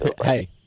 Hey